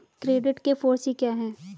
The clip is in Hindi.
क्रेडिट के फॉर सी क्या हैं?